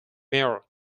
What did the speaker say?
mayor